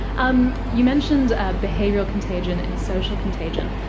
um you mentioned behavioural contagion and social contagion.